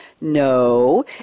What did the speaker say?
No